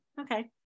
okay